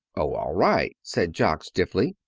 oh, all right, said jock stiffly.